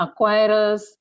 acquirers